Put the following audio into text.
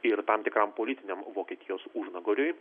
ir tam tikram politiniam vokietijos užnugariui